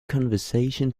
conversation